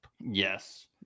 yes